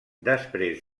després